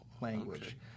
language